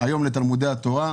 היום מלווים לתלמודי התורה,